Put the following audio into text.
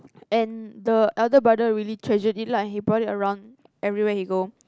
and the elder brother really treasured it lah he brought it around everywhere he go